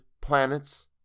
planets